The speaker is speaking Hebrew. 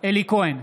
אלי כהן,